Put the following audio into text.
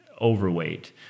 overweight